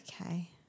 Okay